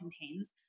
contains